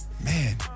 Man